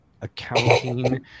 accounting